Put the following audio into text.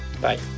Bye